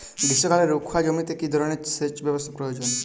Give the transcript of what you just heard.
গ্রীষ্মকালে রুখা জমিতে কি ধরনের সেচ ব্যবস্থা প্রয়োজন?